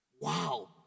Wow